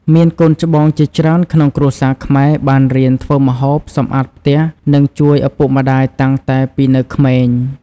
មានកូនច្បងជាច្រើនក្នុងគ្រួសារខ្មែរ បានរៀនធ្វើម្ហូប សម្អាតផ្ទះ និងជួយឪពុកម្ដាយតាំងតែពីនៅក្មេង។